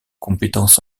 compétences